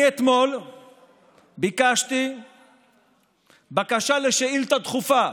אתמול ביקשתי בקשה לשאילתה דחופה,